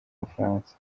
bufaransa